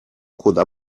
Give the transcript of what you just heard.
куда